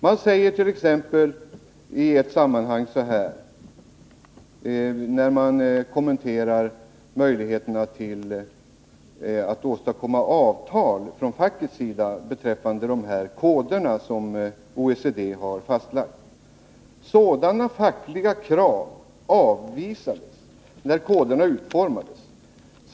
Man säger t.ex. när man kommenterar möjligheterna att åstadkomma avtal från fackets sida beträffande de koder som OECD har fastlagt: ”Sådana fackliga krav avvisades när koderna utformades.